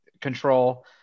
control